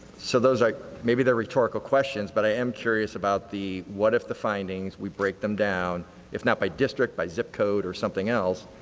so, those like maybe they are rhetorical questions but i'm curious about the, what if the findings, we break them down if not by district, by zip code or something else.